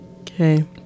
Okay